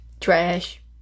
trash